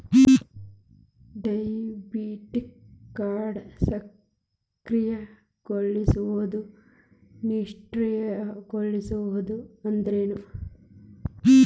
Debit ಕಾರ್ಡ್ನ ಸಕ್ರಿಯಗೊಳಿಸೋದು ನಿಷ್ಕ್ರಿಯಗೊಳಿಸೋದು ಅಂದ್ರೇನು?